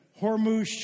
Hormuz